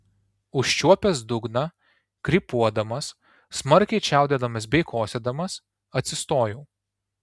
užčiuopęs dugną krypuodamas smarkiai čiaudėdamas bei kosėdamas atsistojau